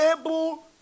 able